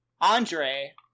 Andre